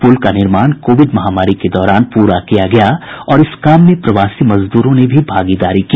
पुल का निर्माण कोविड महामारी के दौरान प्रा किया गया और इस काम में प्रवासी मजदूरों ने भी भागीदारी की